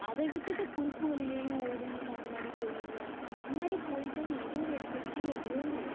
அதை விட்டவிட்டு குறுக்கு வழியிலேயும் ஓடி நான் முன்னாடி போயிட்றேன் முன்னாடி போயிட்டால் நீ ஏதோ ஒரு இடத்துல கீழே விழுந்துருவேன்